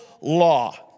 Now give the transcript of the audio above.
law